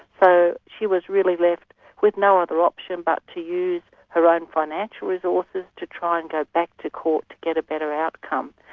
so she was really left with no other option but to use her own financial resources to try and go back to court to get a better outcome.